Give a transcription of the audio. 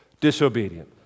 disobedient